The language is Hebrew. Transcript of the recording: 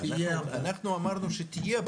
אנחנו אמרנו שתהיה בעיה.